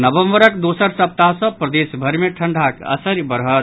नवम्बरक दोसर सप्ताह सॅ प्रदेश भरि मे ठंडाक असरि बढ़त